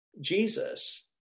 Jesus